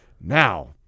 Now